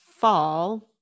Fall